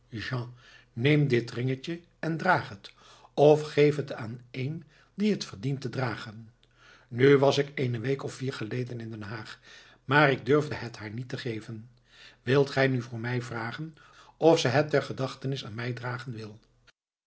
neem dit ringetje en draag het of geef het aan een die het verdient te dragen nu was ik eene week of vier geleden in den haag maar ik durfde het haar niet geven wilt gij nu voor mij vragen of ze het ter gedachtenis aan mij dragen wil